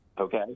Okay